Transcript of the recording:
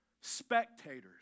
spectators